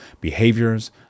behaviors